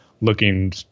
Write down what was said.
looking